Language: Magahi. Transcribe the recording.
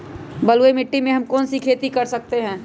बलुई मिट्टी में हम कौन कौन सी खेती कर सकते हैँ?